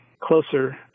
closer